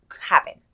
happen